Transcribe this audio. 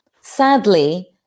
sadly